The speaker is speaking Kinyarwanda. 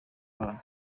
abana